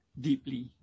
deeply